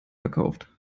verkauft